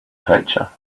pitcher